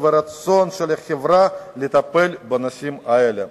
וברצון של החברה לטפל בנושאים האלה.